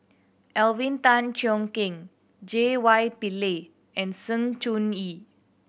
Alvin Tan Cheong Kheng J Y Pillay and Sng Choon Yee